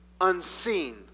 unseen